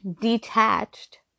Detached